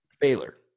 Baylor